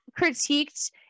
critiqued